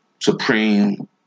supreme